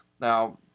Now